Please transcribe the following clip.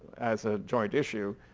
as a joint issue,